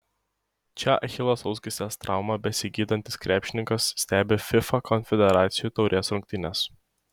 čia achilo sausgyslės traumą besigydantis krepšininkas stebi fifa konfederacijų taurės rungtynes